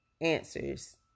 answers